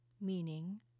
Meaning